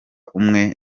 umwe